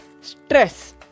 stress